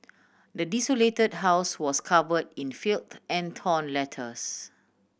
the desolated house was cover in filth and torn letters